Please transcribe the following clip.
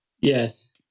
Yes